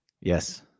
Yes